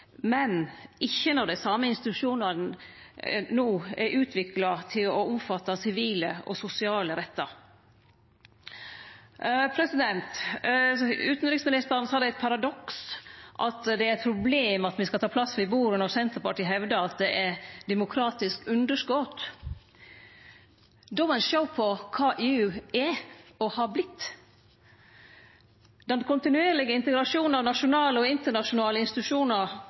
men ikkje når dei same institusjonane no er utvikla til å omfatte sivile og sosiale rettar. Utanriksministeren sa at det er eit paradoks at det er eit problem at me skal ta plass ved bordet når Senterpartiet hevdar at det er eit demokratisk underskot. Då må ein sjå på kva EU er og har vorte. Den kontinuerlege integrasjonen av nasjonale og internasjonale institusjonar